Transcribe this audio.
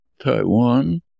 Taiwan